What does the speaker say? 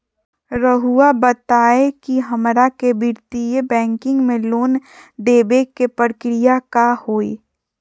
रहुआ बताएं कि हमरा के वित्तीय बैंकिंग में लोन दे बे के प्रक्रिया का होई?